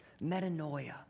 Metanoia